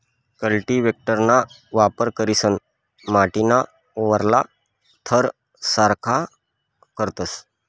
कल्टीव्हेटरना वापर करीसन माटीना वरला थर सारखा करतस